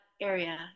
area